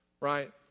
right